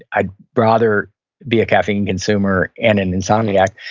i'd rather be a caffeine consumer and an insomniac.